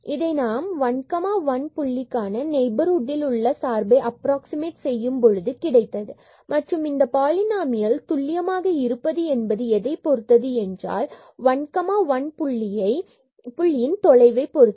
இதை நாம் இந்த 1 1 புள்ளிக்கான நெய்பர்ஹுட்டில் உள்ள சார்பை அப்ராக்ஸிமட் செய்யும் பொழுது கிடைத்தது மற்றும் இந்த பாலினாமியல் துல்லியமாக இருப்பது என்பது எதை பொருத்தது என்றால் இந்த 1 1 புள்ளியை தொலைவைப் பொருத்தது